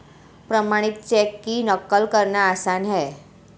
प्रमाणित चेक की नक़ल करना आसान है